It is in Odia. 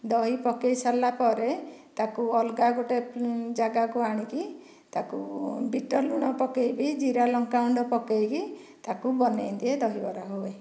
ଦହି ପକାଇ ସରିଲା ପରେ ତାକୁ ଅଲଗା ଗୋଟିଏ ଜାଗାକୁ ଆଣିକି ତାକୁ ବିଟ ଲୁଣ ପକାଇବି ଜିରା ଲଙ୍କା ଗୁଣ୍ଡ ପକାଇକି ତାକୁ ବନାଇ ଦିଏ ଦହିବରା ହୁଏ